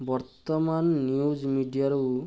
ବର୍ତ୍ତମାନ ନ୍ୟୁଜ୍ ମିଡ଼ିଆରୁ